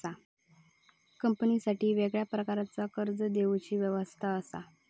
कंपनीसाठी वेगळ्या प्रकारचा कर्ज देवची व्यवस्था असा